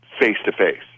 face-to-face